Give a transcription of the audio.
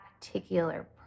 particular